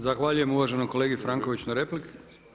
Zahvaljujem uvaženom kolegi Frankoviću na replici.